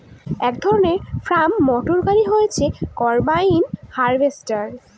এক ধরনের farm motor গাড়ি হচ্ছে কম্বাইন হার্ভেস্টর